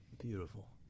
Beautiful